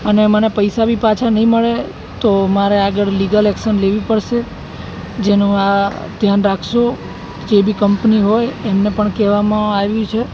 અને મને પૈસા બી પાછા નહીં મળે તો મારે આગળ લીગલ એક્શન લેવી પડશે જેનો આ ધ્યાન રાખશો જે બી કંપની હોય એમને પણ કહેવામાં આવ્યું છે